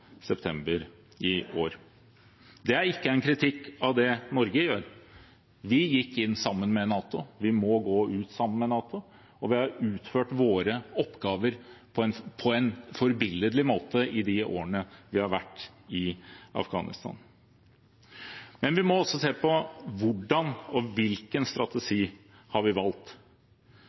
september i år. Det er ikke en kritikk av det Norge gjør. Vi gikk inn sammen med NATO. Vi må gå ut sammen med NATO. Og vi har utført våre oppgaver på en forbilledlig måte i de årene vi har vært i Afghanistan. Men vi må også se på hvordan og hvilken strategi vi har valgt.